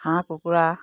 হাঁহ কুকুৰা